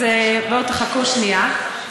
אז בואו, חכו שנייה.